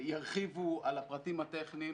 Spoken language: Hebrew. שירחיבו על הפרטים הטכניים.